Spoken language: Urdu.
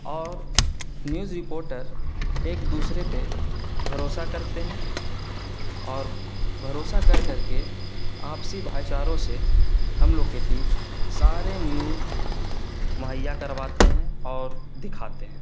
اور نیوز رپورٹر ایک دوسرے پہ بھروسہ کرتے ہیں اور بھروسہ کر کر کے آپسی بھائی چاروں سے ہم لوگ کے بییچ سارے نیوز مہیا کرواتے ہیں اور دکھاتے ہیں